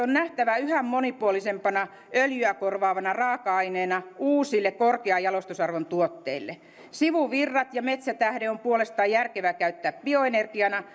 on nähtävä yhä monipuolisempana öljyä korvaavana raaka aineena uusille korkean jalostusarvon tuotteille sivuvirrat ja metsätähde on puolestaan järkevää käyttää bioenergiana